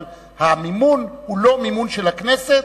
אבל המימון הוא לא מימון של הכנסת.